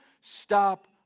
stop